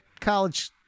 college